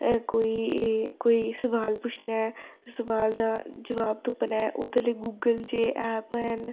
अ कोई कोई सुआल पुच्छना ऐ सुआल दा जवाब तुप्पना ऐ ओह्दे लेई गूगल जेह् ऐप्प हैन